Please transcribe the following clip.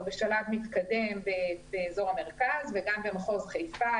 בשלב מתקדם באזור המרכז וגם במחוז חיפה.